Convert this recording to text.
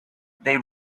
they